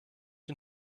den